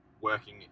working